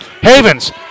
Havens